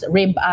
rib